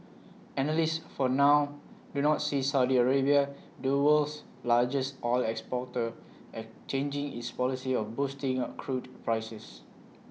analysts for now do not see Saudi Arabia the world's largest oil exporter at changing its policy of boosting A crude prices